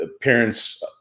parents